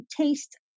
taste